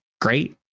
Great